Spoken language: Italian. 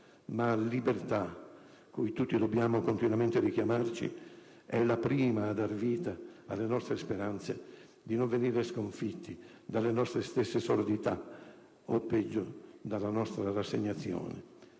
ma libertà - cui tutti dobbiamo continuamente richiamarci - è la prima a dar vita alle nostre speranze di non venire sconfitti dalle nostre stesse sordità, o peggio dalla nostra rassegnazione.